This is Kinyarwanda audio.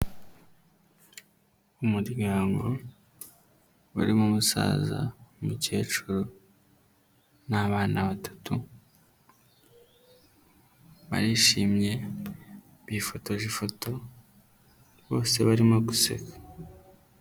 Umuryango urimo umusaza n'umukecuru n'abana batatu barishimye bifotoje ifoto bose barimo guseka.